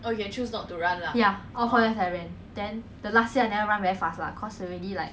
eh the first time I got like what sixteen place